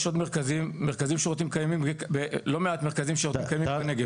יש עוד מרכזים שירותים קיימים בלא מעט שירותים קיימים בנגב.